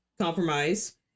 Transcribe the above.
compromise